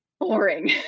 boring